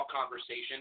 conversation